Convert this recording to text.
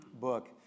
book